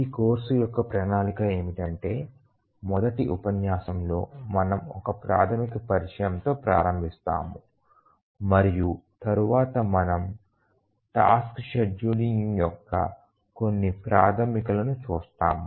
ఈ కోర్సు యొక్క ప్రణాళిక ఏమిటంటే మొదటి ఉపన్యాసంలో మనము ఒక ప్రాథమిక పరిచయంతో ప్రారంభిస్తాము మరియు తరువాత మనము టాస్క్ షెడ్యూలింగ్ యొక్క కొన్ని ప్రాథమికాలను చూస్తాము